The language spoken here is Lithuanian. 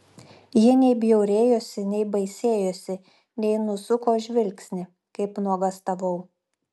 ji nei bjaurėjosi nei baisėjosi nei nusuko žvilgsnį kaip nuogąstavau